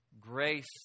grace